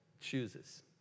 chooses